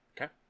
Okay